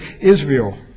Israel